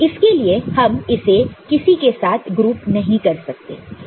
इसके लिए हम इसे किसी के साथ ग्रुप नहीं कर सकते हैं